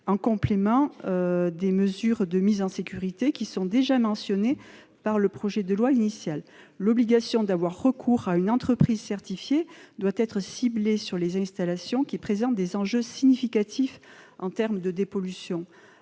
en complément des mesures de mise en sécurité déjà mentionnées dans le projet de loi initial. L'obligation d'avoir recours à une entreprise certifiée doit être ciblée sur les installations qui présentent des enjeux significatifs en termes de dépollution.